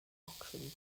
auctioned